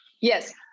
Yes